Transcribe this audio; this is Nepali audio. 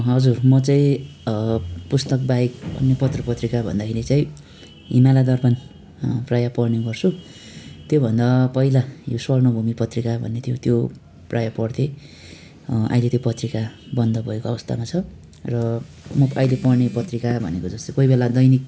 हजुर म चाहिँ पुस्तक बाहेक अन्य पत्रपत्रिका भन्दाखेरि चाहिँ हिमालय दर्पण प्राय पढ्ने गर्छु त्योभन्दा पहिला यो स्वर्णभूमि पत्रिका भन्ने थियो त्यो प्राय पढ्थेँ अहिले त्यो पत्रिका बन्द भएको अवस्थामा छ र म अहिले पढ्ने पत्रिका भनेको जस्तै कोहीबेला दैनिक